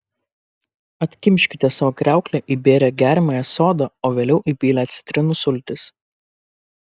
atkimškite savo kriauklę įbėrę geriamąją soda o vėliau įpylę citrinų sultis